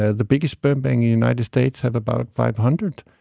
ah the biggest sperm bank in united states have about five hundred.